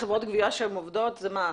ראשית, חשוב להבין שארנונה זה לא קנס חד פעמי.